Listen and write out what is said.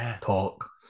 talk